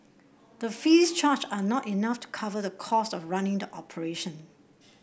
the fees charged are not enough to cover the costs of running the operation